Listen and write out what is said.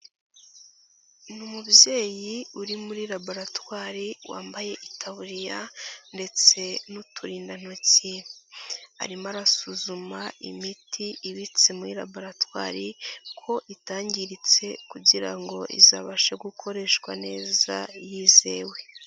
Ni umubyeyi uri muri laboratwari, wambaye itaburiya ndetse n'uturindantoki, arimo arasuzuma imiti ibitse muri laboratwari ko itangiritse kugira ngo izabashe gukoreshwa neza yizewe.